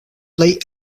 plej